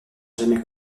jamais